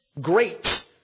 Great